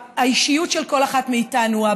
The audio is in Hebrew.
האישיות של כל אחת מאיתנו,